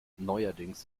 neuerdings